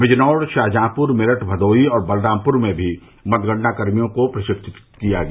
विजनौर शाहजहांपुर मेरठ भदोही और बलरामपुर में भी मतगणना कर्मियों को प्रशिक्षित किया गया